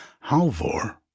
Halvor